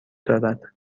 دارد